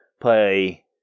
play